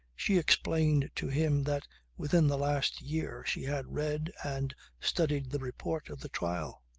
she explained to him that within the last year she had read and studied the report of the trial.